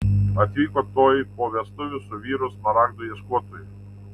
atvyko tuoj po vestuvių su vyru smaragdų ieškotoju